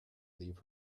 leave